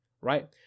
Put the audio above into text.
right